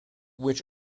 which